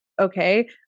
okay